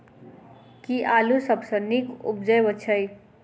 केँ आलु सबसँ नीक उबजय छै?